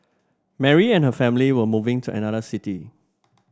Mary and her family were moving to another city